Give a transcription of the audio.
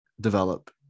develop